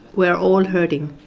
we are all hurting.